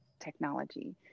technology